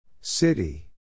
City